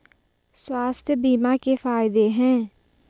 स्वास्थ्य बीमा के फायदे हैं?